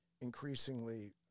increasingly